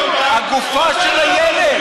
הגופה של הילד.